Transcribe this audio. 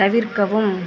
தவிர்க்கவும்